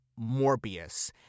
Morbius